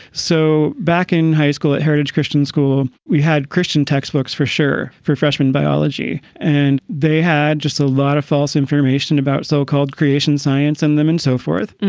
so back in high school at heritage christian school, we had christian textbooks for sure. for freshman biology. and they had just a lot of false information about so-called creation science and them and so forth,